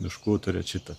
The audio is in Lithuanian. miškų turėt šitą